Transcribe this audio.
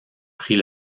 prit